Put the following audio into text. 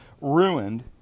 ruined